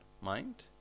mind